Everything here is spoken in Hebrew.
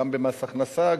גם במס הכנסה,